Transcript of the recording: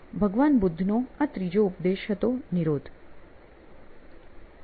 ભગવાન બુદ્ધ નો આ ત્રીજો ઉપદેશ હતો "નિરોધ"